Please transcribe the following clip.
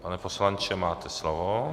Pane poslanče, máte slovo.